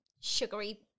sugary